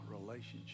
relationship